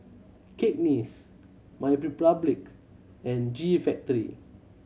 Cakenis MyRepublic and G Factory